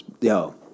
Yo